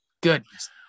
Goodness